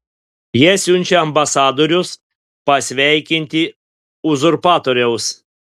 jie siunčia ambasadorius pasveikinti uzurpatoriaus